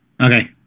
Okay